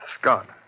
Scott